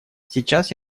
сейчас